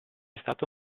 stato